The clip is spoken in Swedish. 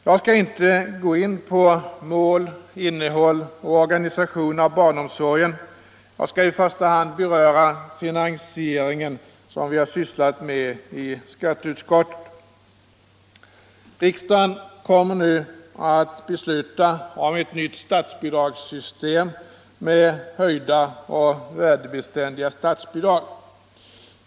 Jag skall inte gå in på mål, innehåll och organisation av barnomsorgen. Jag skall i första hand beröra finansieringen som vi har sysslat med i skatteutskottet. Riksdagen kommer nu att besluta om ett nytt statsbidragssystem med höjda och värdebeständiga statsbidrag.